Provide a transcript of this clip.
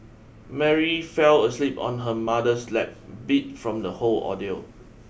Mary fell asleep on her mother's lap beat from the whole ordeal